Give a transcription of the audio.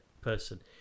person